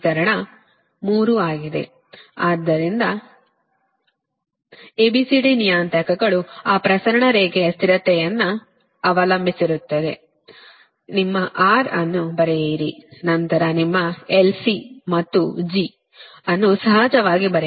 VS IS A B C D VR IR ಆದ್ದರಿಂದ A B C D ನಿಯತಾಂಕಗಳು ಆ ಪ್ರಸರಣ ರೇಖೆಯ ಸ್ಥಿರತೆಯನ್ನು ಅವಲಂಬಿಸಿರುತ್ತದೆ ನಿಮ್ಮ R ಅನ್ನು ಬರೆಯಿರಿ ನಂತರ ನಿಮ್ಮ L C ಮತ್ತು G ಅನ್ನು ಸಹಜವಾಗಿ ಬರೆಯಿರಿ